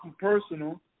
personal